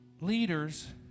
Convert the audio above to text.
leaders